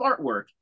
artwork